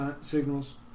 signals